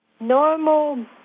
Normal